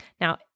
Now